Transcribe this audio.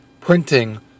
printing